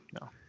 No